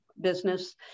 business